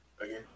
again